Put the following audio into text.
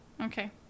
Okay